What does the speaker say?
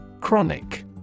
Chronic